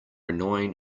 annoying